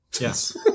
Yes